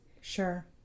Sure